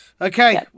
Okay